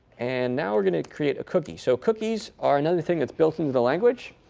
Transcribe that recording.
and now we're going to create a cookie. so cookies are another thing that's built into the language.